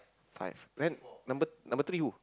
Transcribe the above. five then number number three who